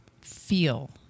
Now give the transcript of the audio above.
feel